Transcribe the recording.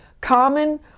common